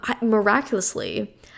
miraculously